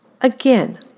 Again